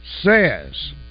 says